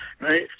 right